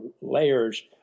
layers